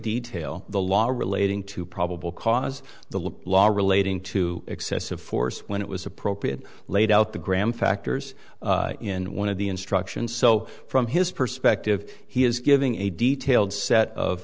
detail the law relating to probable cause the look relating to excessive force when it was appropriate laid out the graham factors in one of the instructions so from his perspective he is giving a detailed set of